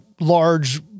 large